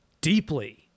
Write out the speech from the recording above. deeply